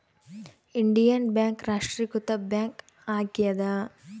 Indian bank ರಾಷ್ಟ್ರೀಕೃತ bank ಆಗ್ಯಾದ